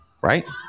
right